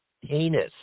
heinous